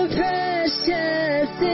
precious